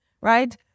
right